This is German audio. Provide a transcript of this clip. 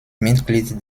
mitglied